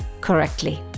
correctly